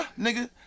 Nigga